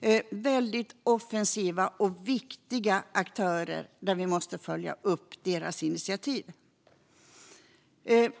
är väldigt offensiva och viktiga aktörer, och vi måste följa upp deras initiativ.